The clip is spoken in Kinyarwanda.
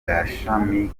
gashami